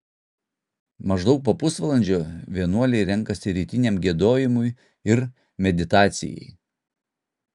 maždaug po pusvalandžio vienuoliai renkasi rytiniam giedojimui ir meditacijai